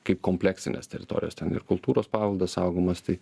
kaip kompleksinės teritorijos ten ir kultūros paveldas saugomas tai